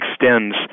extends